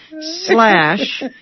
slash